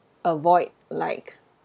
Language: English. avoid like